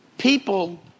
People